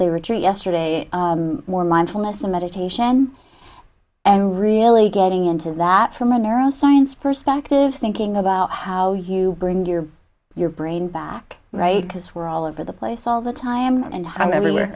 day retreat yesterday more mindfulness meditation and really getting into that from a neuro science perspective thinking about how you bring your your brain back right because we're all over the place all the time and i